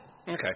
Okay